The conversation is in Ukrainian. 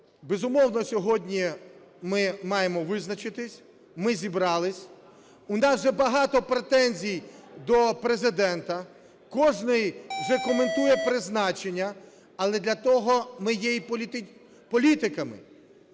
безумовно, сьогодні ми маємо визначитись. Ми зібрались, у нас вже багато претензій до Президента. Кожний вже коментує призначення. Але для того ми є і політиками.